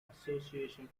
association